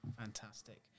Fantastic